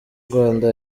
rwanda